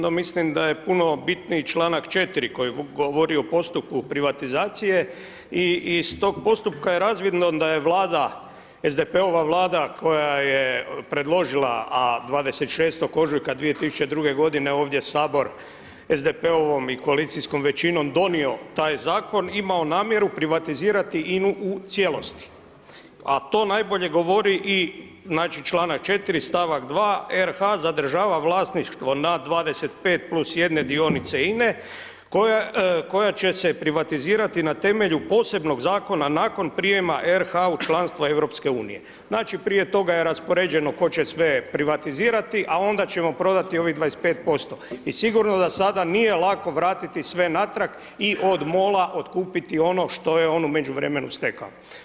No, mislim da je puno bitniji čl. 4. koji govori o postupku privatizacije i iz tog postupka je razvidno da je Vlada, SDP-ova Vlada koja je predložila, a 26. ožujka 2002.g. ovdje HS, SDP-ovom i koalicijskom većinom donio taj zakon, imao namjeru privatizirati INA-u u cijelosti, a to najbolje govori i, znači, čl. 4. st. 2. „RH zadržava vlasništvo na 25 + 1 dionice INA-e koja će se privatizirati na temelju posebnog zakona nakon prijema RH u članstvo EU.“ Znači, prije toga je raspoređeno tko će sve privatizirati, a onda ćemo prodati ovih 25% i sigurno da sada nije lako vratiti sve natrag i od MOL-a otkupiti ono što je on u međuvremenu stekao.